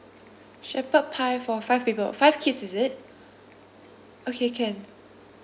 shepherd pie for five people five kids is it okay can